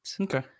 Okay